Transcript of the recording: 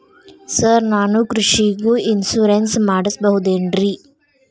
Sir ನಾನು ಕೃಷಿಗೂ insurance ಮಾಡಸಬಹುದೇನ್ರಿ?